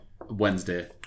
Wednesday